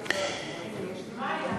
מה היה?